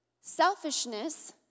selfishness